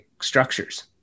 structures